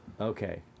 Okay